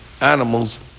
animals